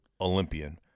Olympian